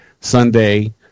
Sunday